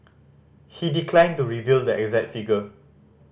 he declined to reveal the exact figure